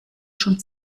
schon